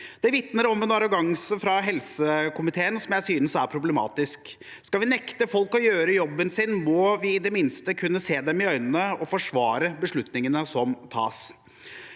Det vitner om en arroganse fra helsekomiteens side som jeg synes er problematisk. Skal vi nekte folk å gjøre jobben sin, må vi i det minste kunne se dem i øynene og forsvare beslutningene som tas.